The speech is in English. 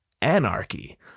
anarchy